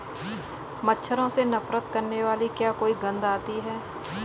मच्छरों से नफरत करने वाली क्या कोई गंध आती है?